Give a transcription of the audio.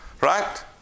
right